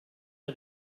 der